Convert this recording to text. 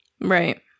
right